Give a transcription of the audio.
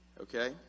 okay